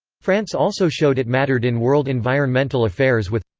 france also showed it mattered in world environmental affairs with.